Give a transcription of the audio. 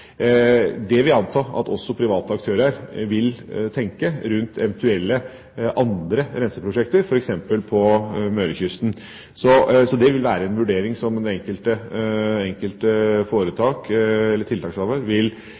Det vil jeg anta at også private aktører vil tenke rundt eventuelle andre renseprosjekter, f.eks. på Møre-kysten. Så det vil være en vurdering som det enkelte foretak – eller den enkelte tiltakshaver – vil